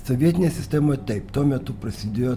sovietinė sistema taip tuo metu prasidėjo